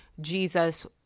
Jesus